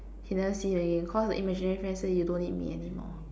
he never see him again cause the imaginary friend say you don't need me anymore